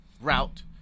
route